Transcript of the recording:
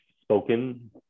spoken